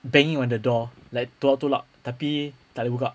banging on the door like tolak tolak tapi tak ada buka